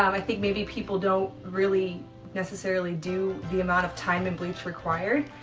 i think maybe people don't really necessarily do the amount of time and bleach required.